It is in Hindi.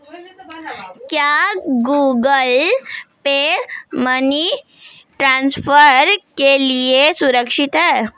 क्या गूगल पे मनी ट्रांसफर के लिए सुरक्षित है?